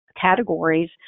categories